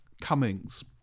Cummings